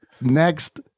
Next